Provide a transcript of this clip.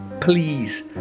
Please